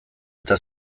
eta